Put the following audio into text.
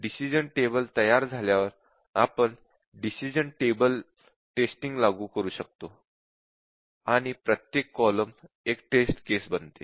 decision table तयार झाल्यावर आपण डिसिश़न टेबल टेस्टिंग लागू करू शकतो आणि प्रत्येक कॉलम एक टेस्ट केस बनते